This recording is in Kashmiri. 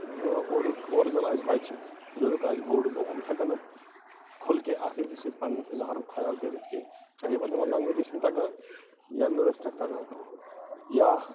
اورُک اورٕ زَن آسہِ بَچہِ یورُک آسہِ بوٚڈ گوٚو یِم ہٮ۪کَن نہٕ کھُل کے اکھ أکِس سۭتۍ پَنٕنۍ اِظہارُک خیال کٔرِتھ کینٛہہ چاہے پَتہٕ یِمَن لنٛگویج ٲسِن تَگان یا نہ ٲسۍنَکھ تَگان یا